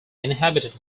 inhabited